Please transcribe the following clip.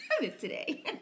today